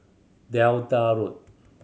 Delta Road